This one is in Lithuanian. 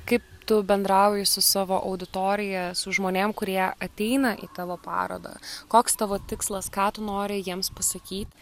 kaip tu bendrauji su savo auditorija su žmonėm kurie ateina į tavo parodą koks tavo tikslas ką tu nori jiems pasakyt